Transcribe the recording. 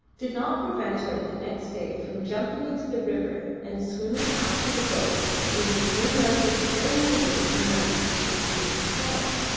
did not prevent her the next day from jumping into the river and swimming after the boat in which lingard was carrying away the nurse with the screaming child.